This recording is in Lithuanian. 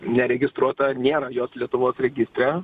neregistruota nėra jos lietuvos registre